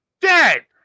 dead